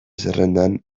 zerrendan